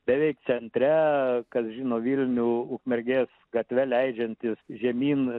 beveik centre kas žino vilnių ukmergės gatve leidžiantis žemyn